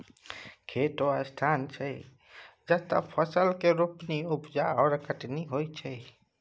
खेत ओ स्थान छै जतय फसल केर रोपणी, उपजा आओर कटनी होइत छै